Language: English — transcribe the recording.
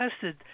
tested